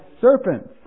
serpents